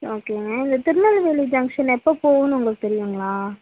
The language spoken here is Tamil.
ஓகேங்க இது திருநெல்வேலி ஜங்க்ஷன் எப்போ போகுன்னு உங்களுக்கு தெரியுங்களா